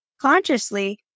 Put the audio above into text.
consciously